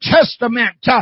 Testament